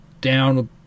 down